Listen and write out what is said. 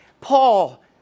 Paul